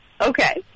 Okay